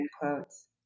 quotes